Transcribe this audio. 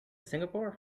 singapore